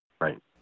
Right